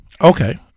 Okay